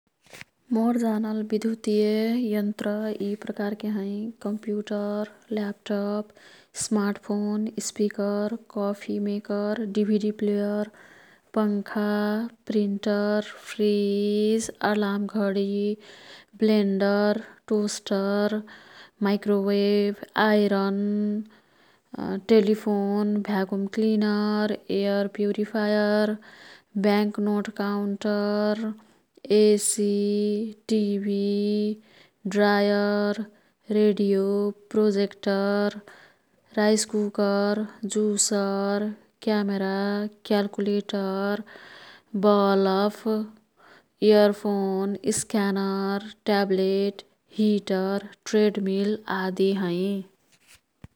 मोर् जानल विधुतीययन्त्र यी प्रकारके हैं। Computer laptop, smartphone, speaker, coffee maker, DVD player, पंखा, प्रिन्टर, फ्रिज, अर्लाम घडी, blender, toaster, microwave, iron, telephone, vacuum cleaner, air purifier, bank note counter, AC, TV, dryer, radio, projector, rice cooker, juicer, camera, calculator, bulb, earphone, scanner, tablet, heater, treadmill आदि हैं।